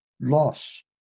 loss